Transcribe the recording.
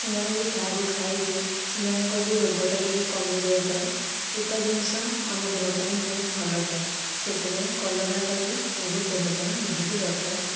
ସେମାନେ ବି ତାହାକୁ ଖାଇକି ସେମାନଙ୍କ ବି ରୋଗଟା ଟିକିଏ କମି ଯାଇଥାଏ ପିତା ଜିନିଷ ଆମ ଦେହ ପାଇଁ ବହୁତ ଭଲ ଥାଏ ସେଥିପାଇଁ କଲରାଟା ବି ବହୁତ ଦେହ ପାଇଁ ନିହାତି ଦରକାର ଥାଏ